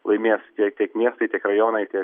laimės tiek tiek miestai tiek rajonai tiek